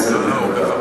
כנסת נכבדה,